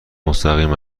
مستقیم